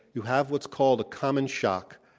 you have what's called a common shock,